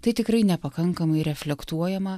tai tikrai nepakankamai reflektuojama